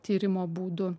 tyrimo būdų